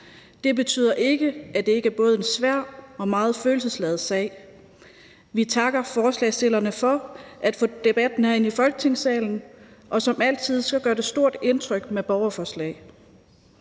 Det betyder ikke, at det ikke er en både svær og meget følelsesladet sag. Vi takker forslagsstillerne for at få debatten herind i Folketingssalen, og som altid gør det stort indtryk med et borgerforslag.